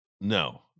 No